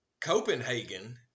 Copenhagen